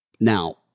Now